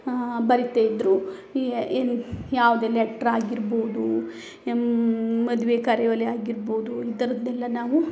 ಬರಿತಾಯಿದ್ರು ಈ ಏನು ಯಾವುದೆ ಲೆಟ್ರ್ ಆಗಿರ್ಬೋದೂ ಮದುವೆ ಕರೆಯೊಲೆ ಆಗಿರ್ಬೋದು ಈ ಥರದೆಲ್ಲ ನಾವು